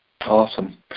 Awesome